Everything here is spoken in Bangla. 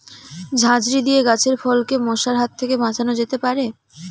ঝাঁঝরি দিয়ে গাছের ফলকে মশার হাত থেকে বাঁচানো যেতে পারে?